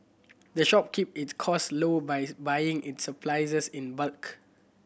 the shop keep its costs low by buying its supplies in bulk